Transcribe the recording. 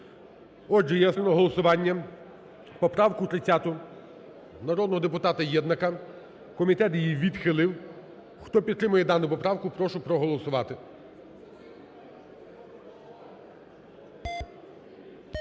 ставлю на голосування поправку 64 народного депутата Левченка. Комітет її відхилив. Хто підтримує дану поправку, прошу проголосувати.